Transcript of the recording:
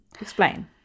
explain